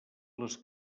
les